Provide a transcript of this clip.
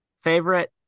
favorite